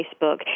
Facebook